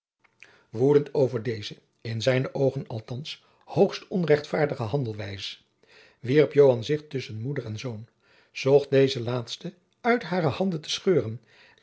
woedend over deze in zijne oogen althands hoogst onrechtvaardige handelwijs wierp joan zich tusschen moeder en zoon zocht dezen laatsten uit jacob van lennep de pleegzoon hare handen te scheuren